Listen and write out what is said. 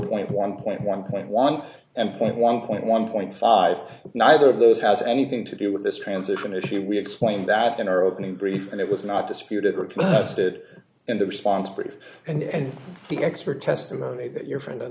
point one point one point one and point one point one point five neither of those has anything to do with this transition issue we explained that in our opening brief and it was not disputed were conducted and the response brief and the expert testimony that your friend on